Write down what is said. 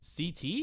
CT